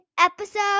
episode